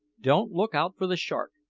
don't look out for the shark.